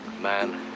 man